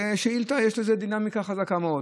שאילתה, יש לזה דינמיקה חזקה מאוד.